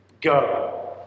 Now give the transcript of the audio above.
Go